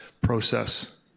process